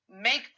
make